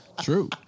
True